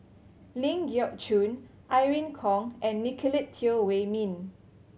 Ling Geok Choon Irene Khong and Nicolette Teo Wei Min